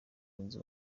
yunze